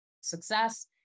success